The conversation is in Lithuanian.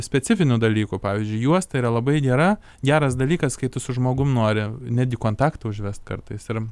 specifinių dalykų pavyzdžiui juosta yra labai gera geras dalykas kai tu su žmogum nori netgi kontaktą užvest kartais ir